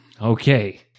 Okay